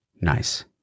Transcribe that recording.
Nice